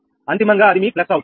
అంతిమంగా అది మీ ప్లస్ అవుతుంది